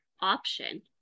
option